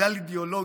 בגלל אידיאולוגיה,